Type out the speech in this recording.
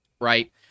right